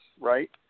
right